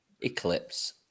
eclipse